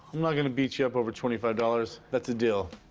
not going to beat you up over twenty five dollars. that's a deal.